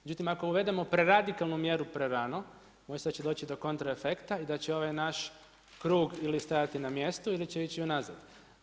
Međutim ako uvedemo preradikalnu mjeru prerano, bojim se da će doći do kontraefekta i da će ovaj naš krug ili stajati na mjestu ili će ići unazad.